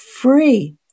free